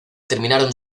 terminaron